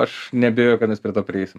aš neabejoju kad mes prie to prieisim